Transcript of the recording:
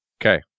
Okay